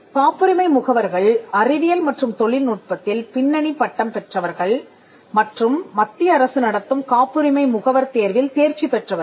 காப்புரிமை முகவர்கள் அறிவியல் மற்றும் தொழில்நுட்பத்தில் பின்னணி பட்டம் பெற்றவர்கள் மற்றும் மத்திய அரசு நடத்தும் காப்புரிமை முகவர் தேர்வில் தேர்ச்சி பெற்றவர்கள்